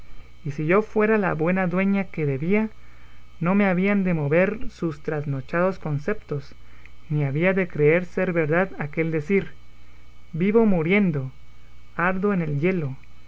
y si yo fuera la buena dueña que debía no me habían de mover sus trasnochados conceptos ni había de creer ser verdad aquel decir vivo muriendo ardo en el yelo